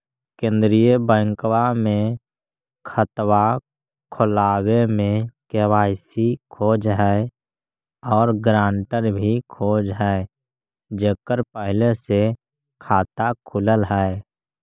केंद्रीय बैंकवा मे खतवा खोलावे मे के.वाई.सी खोज है और ग्रांटर भी खोज है जेकर पहले से खाता खुलल है?